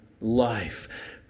life